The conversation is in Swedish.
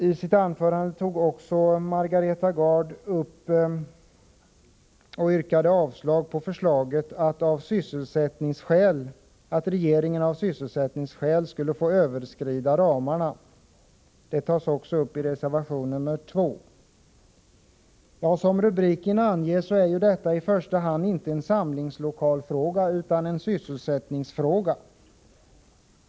I sitt anförande yrkande Margareta Gard avslag på förslaget att regeringen av sysselsättningsskäl skall få överskrida ramarna. Detta yrkande framförs också i reservation nr 2. Som reservationens rubrik är detta i första hand inte en samlingslokalfråga, utan en sysselsättningsfråga.